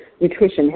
nutrition